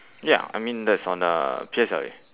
ya I mean that's on uh P_S_L_E